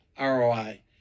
ROI